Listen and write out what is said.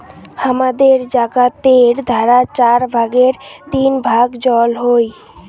হামাদের জাগাতের ধারা চার ভাগের তিন ভাগ জল হই